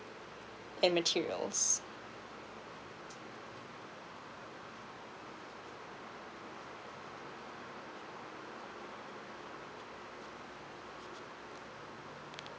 and materials